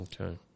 Okay